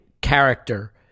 character